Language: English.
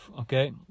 okay